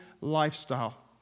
lifestyle